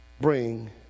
bring